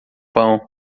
pão